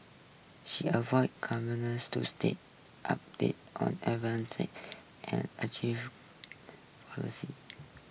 she avoid to stay updated on and achieve policy